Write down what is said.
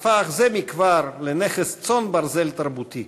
הפך זה מכבר לנכס צאן ברזל תרבותי,